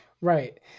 right